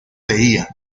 leía